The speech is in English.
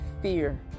fear